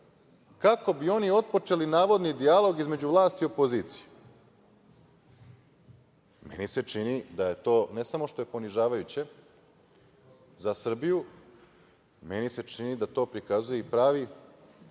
kako bi oni otpočeli navodni dijalog između vlasti i opozicije. Meni se čini da je to, ne samo što je ponižavajuće za Srbiju, meni se čini da to prikazuje i pravu